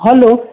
hello